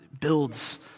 builds